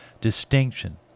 distinction